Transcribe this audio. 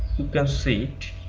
you can't see it